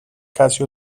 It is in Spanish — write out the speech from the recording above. casi